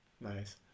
Nice